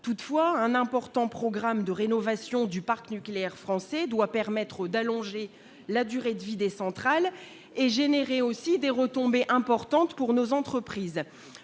Toutefois, un important programme de rénovation du parc nucléaire français doit permettre d'allonger la durée de vie des centrales et de susciter des retombées importantes pour nos entreprises.